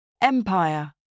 empire